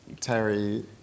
Terry